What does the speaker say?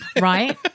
Right